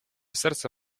serce